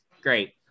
Great